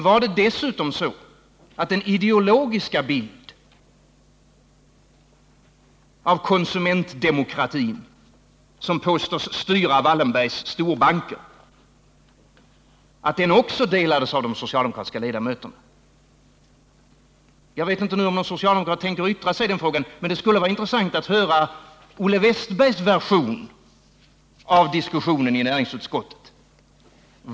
Var det dessutom så att den ideologiska bilden av konsumentdemokrati som påstås styra Wallenbergs storbanker också accepterades av de socialdemokratiska ledamöterna? Jag vet inte om någon socialdemokrat tänker yttra sig i den frågan, men det skulle vara intressant att höra Olle Wästbergs version av diskussionen i näringsutskottet.